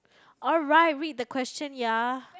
alright read the question ya